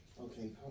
Okay